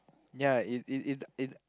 ya it it it it